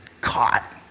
caught